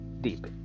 Deep